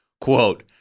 quote